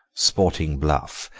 sporting bluff,